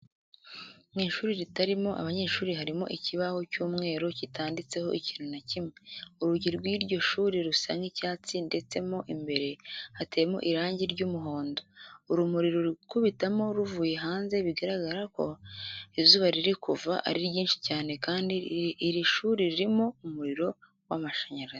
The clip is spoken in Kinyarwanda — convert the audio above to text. Mu ishuri ritarimo abanyeshuri harimo ikibaho cy'umweru kitanditseho ikintu na kimwe. Urugi rw'iryo shuri rusa nk'icyatsi ndetse mo imbere hateyemo irangi ry'umuhondo. Urumuri ruri gukubitamo ruvuye hanze bigaragara ko izuba riri kuva ari ryinshi cyane kandi iri shuri ririmo umuriro w'amashanyarazi.